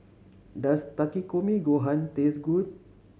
does Takikomi Gohan taste good